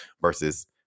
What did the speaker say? versus